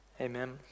amen